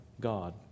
God